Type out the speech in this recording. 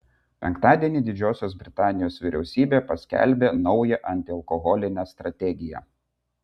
penktadienį didžiosios britanijos vyriausybė paskelbė naują antialkoholinę strategiją